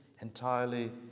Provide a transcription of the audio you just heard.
entirely